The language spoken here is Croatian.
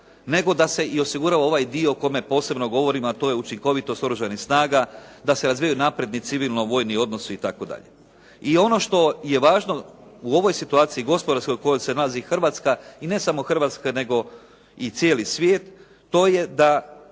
nego da se i osigurava i ovaj dio o kome posebno govorimo a to je učinkovitost Oružanih snaga, da se razvijaju napredni, civilno vojni odnosi itd.. I ono što je važno u ovoj situaciji, gospodarskoj u kojoj se nalazi Hrvatska i ne samo Hrvatska nego i cijeli svijet to je da